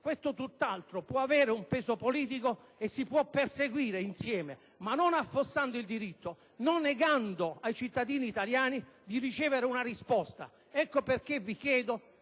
Questo tutt'altro può avere un peso politico e si può perseguire insieme, ma non affossando il diritto, non negando ai cittadini italiani di ricevere una risposta. Ecco perché vi chiedo